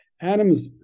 Adams